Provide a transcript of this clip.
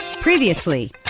Previously